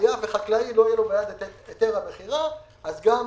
היה ולחקלאי לא יהיה ביד היתר המכירה אז הוא